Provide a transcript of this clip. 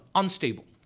unstable